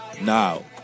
Now